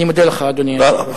אני מודה לך, אדוני היושב-ראש.